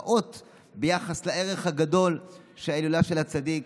הפעוט ביחס לערך הגדול של ההילולה של הצדיק,